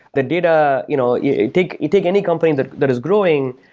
the data you know you take you take any company that that is growing,